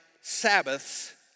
Sabbaths